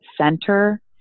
center